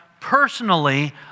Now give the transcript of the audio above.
personally